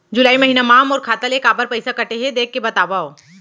जुलाई महीना मा मोर खाता ले काबर पइसा कटे हे, देख के बतावव?